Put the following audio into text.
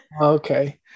Okay